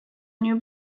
new